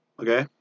okay